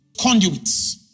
conduits